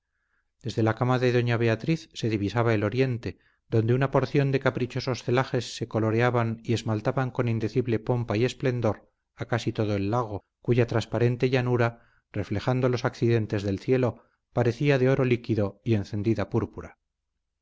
desde la cama de doña beatriz se divisaba el oriente donde una porción de caprichosos celajes se coloreaban y esmaltaban con indecible pompa y esplendor a casi todo el lago cuya transparente llanura reflejando los accidentes del cielo parecía de oro líquido y encendida púrpura